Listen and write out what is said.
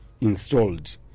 installed